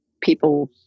people